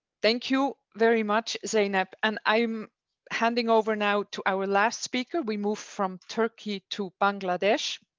thank you very much, zainab. and i'm handing over now to our last speaker. we move from turkey to bangladesh,